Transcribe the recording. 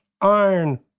Iron